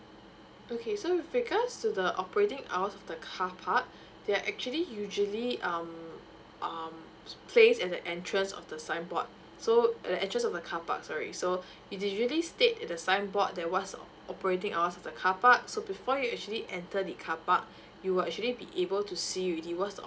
okay so with regards to the operating hours of the car park there actually usually um um place at the entrance of the sign board so at just of the car park sorry so it ususally state at the signboard there what's operating hours of the car park so before you actually enter the car park you will actually be able to see really what's the